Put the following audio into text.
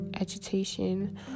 agitation